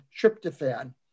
tryptophan